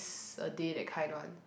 s~ a day that kind one